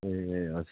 ए हजुर